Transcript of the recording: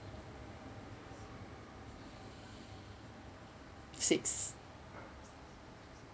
six